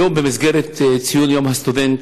היום, במסגרת ציון יום הסטודנט,